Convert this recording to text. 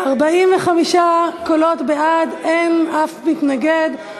45 קולות בעד, אין אף מתנגד.